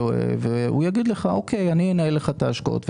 והוא יגיד לך: אני אנהל לך את ההשקעות,